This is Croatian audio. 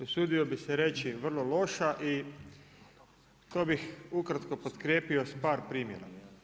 Usudio bih se reći vrlo loša i to bih ukratko potkrijepio sa par primjera.